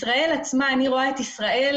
ישראל עצמה, אני רואה את ישראל,